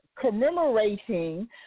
commemorating